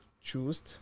choose